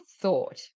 thought